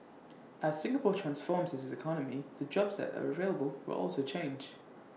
as Singapore transforms its economy the jobs said are available will also change